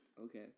Okay